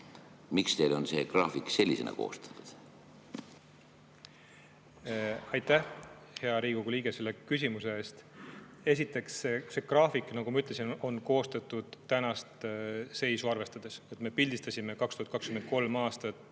Miks on teil see graafik sellisena koostatud? Aitäh, hea Riigikogu liige, selle küsimuse eest! Esiteks, see graafik, nagu ma ütlesin, on koostatud tänast seisu arvestades. Me pildistasime 2023. aasta